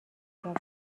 شود